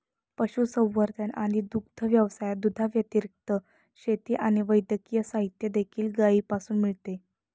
पशुसंवर्धन आणि दुग्ध व्यवसायात, दुधाव्यतिरिक्त, शेती आणि वैद्यकीय साहित्य देखील गायीपासून मिळते